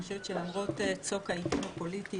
אני חושבת שלמרות צוק העתים הפוליטי,